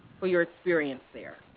for your experience there?